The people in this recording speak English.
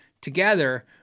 together